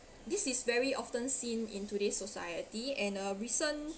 this is very often seen in today's society and a recent